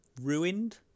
ruined